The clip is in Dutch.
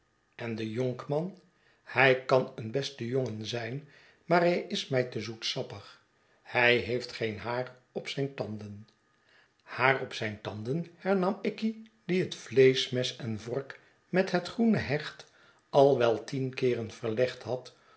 en de jonkman hij kan een beste jongen zijn maar hij is mij te zoetsappig hij heeft geen haar op zijn tanden haar op zijn tanden hernam ikey die het vleeschmes en vork met het groene hecht al wel tien keeren verlegd had